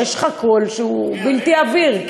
יש לך קול שהוא בלתי עביר.